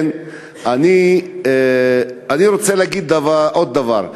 אני רוצה להגיד עוד דבר.